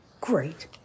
great